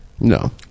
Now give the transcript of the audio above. no